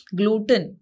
gluten